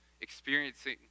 experiencing